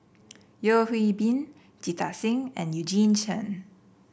Yeo Hwee Bin Jita Singh and Eugene Chen